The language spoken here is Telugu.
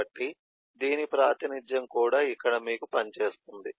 కాబట్టి దీని ప్రాతినిధ్యం కూడా ఇక్కడ మీకు పని చేస్తుంది